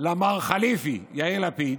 על מר חליפי, יאיר לפיד.